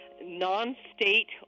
non-state